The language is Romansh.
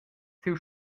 siu